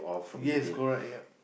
yes correct yep